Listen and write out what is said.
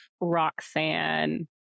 Roxanne